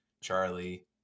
Charlie